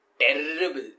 terrible